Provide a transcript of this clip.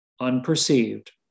unperceived